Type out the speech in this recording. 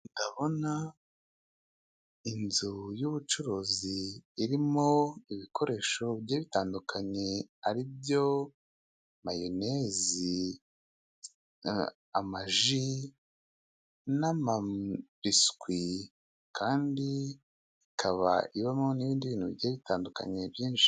Ndabona inzu y'ubucuruzi irimo ibikoresho bigiye bitandukanye, ari byo mayonezi, amaji, n'amabiswi. Kandi ikaba ibamo n'ibindi bintu byinshi bitandukanye..